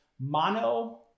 mono